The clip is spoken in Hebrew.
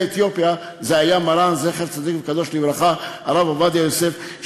אתיופיה היה מרן זכר צדיק וקדוש לברכה הרב עובדיה יוסף,